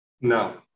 No